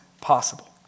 possible